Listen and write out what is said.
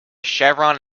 chevron